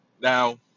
Now